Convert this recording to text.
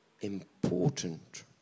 Important